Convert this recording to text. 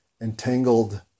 entangled